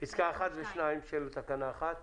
הצבעה אושרו.